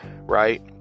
right